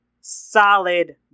solid